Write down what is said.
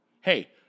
Hey